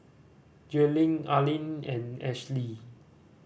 Jailyn Arlin and Ashly